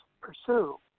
pursue